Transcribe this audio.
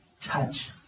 touch